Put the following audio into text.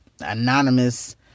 anonymous